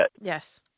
Yes